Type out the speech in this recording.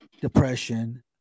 depression